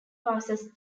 passes